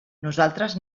nosaltres